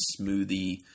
smoothie